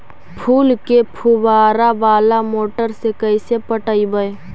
फूल के फुवारा बाला मोटर से कैसे पटइबै?